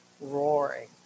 roaring